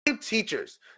teachers